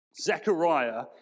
Zechariah